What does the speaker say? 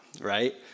right